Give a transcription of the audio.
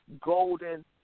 Golden